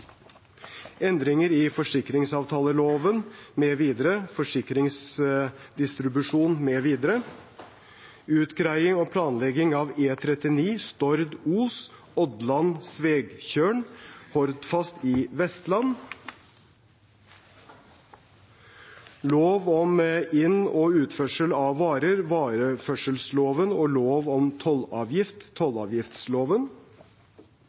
Endringer i forsikringsavtaleloven mv. (Prop. 234 L Utgreiing og planlegging av E39 Stord–Os, Ådland–Svegatjørn i Vestland (Prop. 228 S Lov om inn- og utførsel av varer og lov om tollavgift